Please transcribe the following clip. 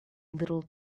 little